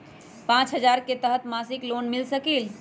पाँच हजार के तहत मासिक लोन मिल सकील?